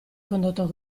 condotto